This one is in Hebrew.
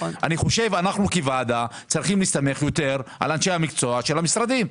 אני חושב שאנחנו כוועדה צריכים להסתמך יותר על אנשי המקצוע של המשרדים.